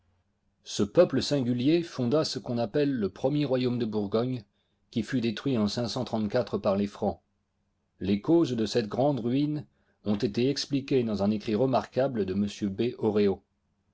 ce peuple singulier fonda ce qu'on appelle le premier royaume de bourgogne qui fut détruit en par les francs les causes de cette grande ruine ont été expliquées dans un écrit remarquable de